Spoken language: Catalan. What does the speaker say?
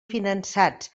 finançats